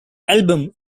album